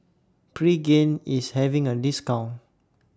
Pregain IS having A discount